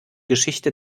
geschichte